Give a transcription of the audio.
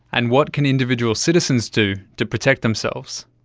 and what can individual citizens do to protect themselves?